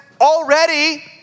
already